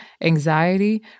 anxiety